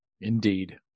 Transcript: Indeed